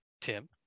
Tim